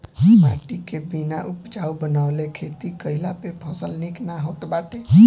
माटी के बिना उपजाऊ बनवले खेती कईला पे फसल निक ना होत बाटे